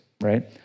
right